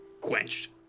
quenched